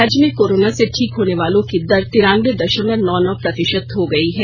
राज्य से कोरोना से ठीक होने वालों की दर तिरानबे दशमलव नौ नौ प्रतिशत हो गई है